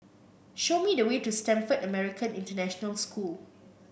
show me the way to Stamford American International School